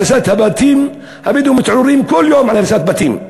הריסת בתים, הבדואים מתעוררים כל יום להריסת בתים.